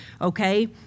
okay